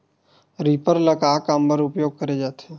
Reaper ल का काम बर उपयोग करे जाथे?